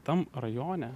tam rajone